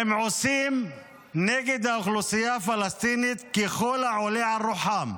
והם עושים נגד האוכלוסייה הפלסטינית ככל העולה על רוחם,